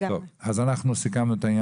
אני מאוד מסכימה עם עידן,